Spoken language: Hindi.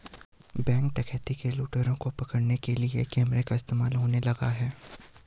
बैंक डकैती के लुटेरों को पकड़ने के लिए कैमरा का इस्तेमाल होने लगा है?